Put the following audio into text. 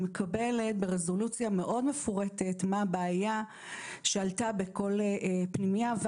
מקבלת ברזולוציה מאוד מפורטת מה הבעיה שעלתה בכל פנימייה.